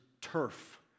turf